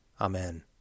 Amen